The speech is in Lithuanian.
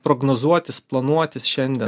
prognozuotis planuotis šiandien